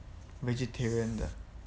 vegetarian 的